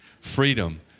Freedom